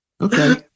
Okay